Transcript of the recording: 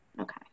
okay